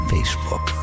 Facebook